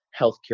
healthcare